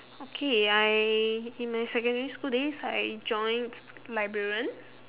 okay I in my secondary school days I joined librarian